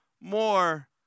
more